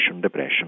depression